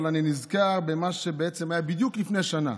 אבל אני נזכר במה שהיה בדיוק לפני שנה.